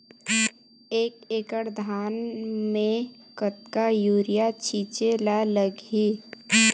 एक एकड़ धान में कतका यूरिया छिंचे ला लगही?